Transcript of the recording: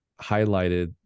highlighted